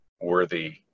worthy